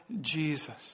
Jesus